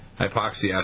hypoxia